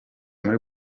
muri